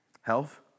Health